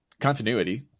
continuity